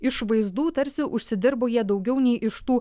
iš vaizdų tarsi užsidirbo jie daugiau nei iš tų